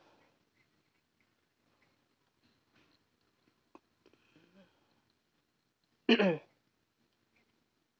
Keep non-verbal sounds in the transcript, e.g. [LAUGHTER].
[NOISE]